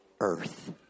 earth